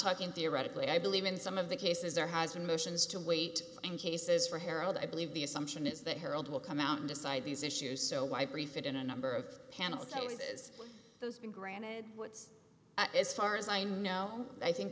talking theoretically i believe in some of the cases there has been motions to wait in cases for harold i believe the assumption is that harold will come out and decide these issues so why brief it in a number of panel cases those been granted what's as far as i know i think